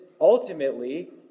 ultimately